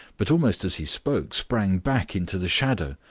but almost as he spoke sprang back into the shadow,